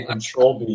Control-B